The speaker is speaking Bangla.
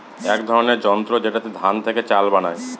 এক ধরনের যন্ত্র যেটাতে ধান থেকে চাল বানায়